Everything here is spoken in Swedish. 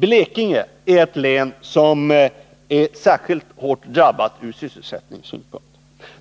Blekinge län är särskilt hårt drabbat ur sysselsättningssynpunkt.